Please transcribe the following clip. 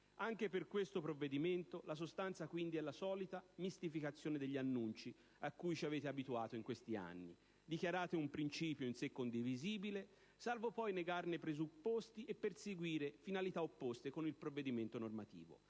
Anche per questo provvedimento la sostanza quindi è la solita mistificazione degli annunci a cui ci avete abituato in questi anni. Dichiarate un principio in sé condivisibile, salvo poi negarne i presupposti e perseguire finalità opposte con il provvedimento normativo.